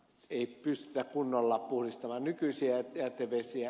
ei pystytä kunnolla puhdistamaan nykyisiä jätevesiä